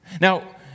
Now